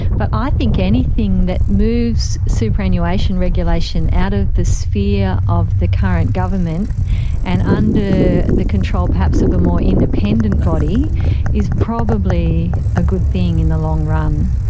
but i think anything that moves superannuation regulation out of the sphere of the current government and under the control perhaps of a more independent body is probably a good thing in the long run,